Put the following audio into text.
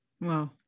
Wow